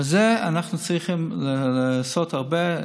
ובזה אנחנו צריכים לעשות הרבה.